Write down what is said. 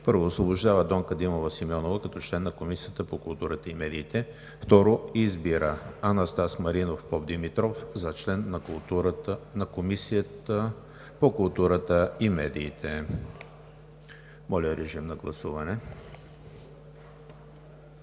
1. Освобождава Донка Димова Симеонова като член на Комисията по културата и медиите. 2. Избира Анастас Маринов Попдимитров за член на Комисията по културата и медиите.“ Моля, режим на гласуване.